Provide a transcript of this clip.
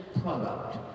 product